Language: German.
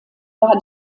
war